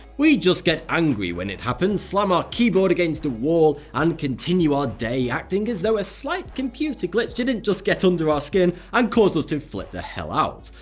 we just get angry when it happens, slam our keyboard against the wall and continue our day acting as though a slight computer glitch didn't get under our skin and cause us to flip the hell out.